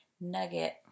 nugget